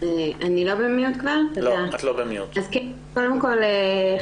קודם כל,